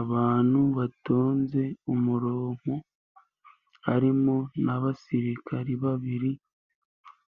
Abantu batonze umurongo harimo n'abasirikari babiri,